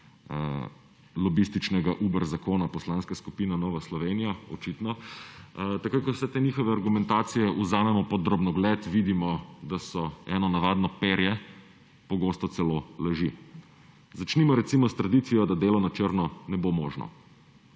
lobističnega Uber zakona Poslanska skupina Nova Slovenija očitno, takoj, ko vse te njihove argumentacije vzamemo pod drobnogled, vidimo, da so eno navadno perje, pogosto celo laži. Začnimo recimo s tradicijo, da delo na črno ne bo možno.